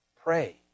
Pray